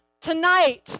tonight